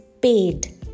paid